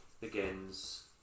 begins